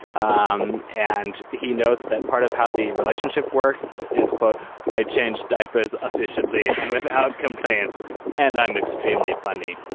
um and he notes that part of how the relationship work is quote i change diapers efficiently and without complaints and i'm extremely funny